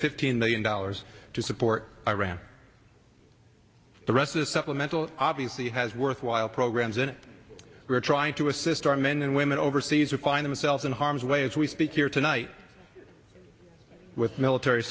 fifteen million dollars to support iraq the rest a supplemental obviously has worthwhile programs and we're trying to assist our men and women overseas reclined themselves in harm's way as we speak here tonight with military